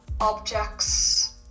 Objects